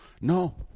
No